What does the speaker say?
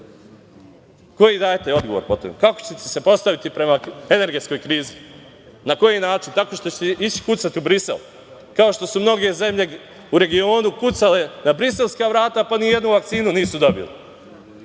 Koji odgovor dajete? Kako ćete se postaviti prema energetskoj krizi? Na koji način? Tako što ćete ići kucati u Brisel? Kao što su mnoge zemlje u regionu kucale na briselska vrata pa nijednu vakcinu nisu